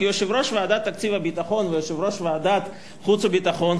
כי יושב-ראש ועדת תקציב הביטחון ויושב-ראש ועדת החוץ והביטחון,